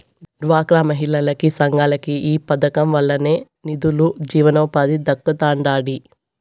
డ్వాక్రా మహిళలకి, సంఘాలకి ఈ పదకం వల్లనే నిదులు, జీవనోపాధి దక్కతండాడి